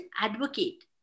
advocate